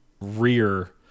rear